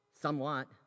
somewhat